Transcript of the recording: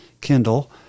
kindle